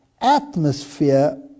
atmosphere